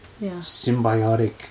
symbiotic